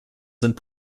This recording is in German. sind